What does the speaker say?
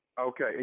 Okay